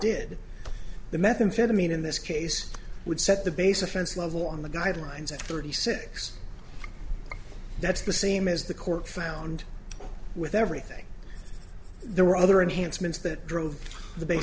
did the methamphetamine in this case would set the base offense level on the guidelines at thirty six that's the same as the court found with everything there were other enhancements that drove the b